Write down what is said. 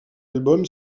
album